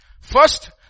First